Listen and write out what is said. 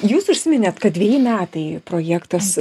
jūs užsiminėt kad dveji metai projektas